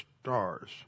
stars